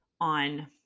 on